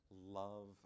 love